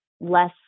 less